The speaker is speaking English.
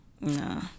No